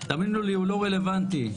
הוא לא רלוונטי.